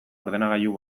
ordenagailu